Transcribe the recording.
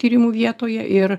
tyrimų vietoje ir